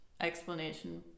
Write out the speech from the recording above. explanation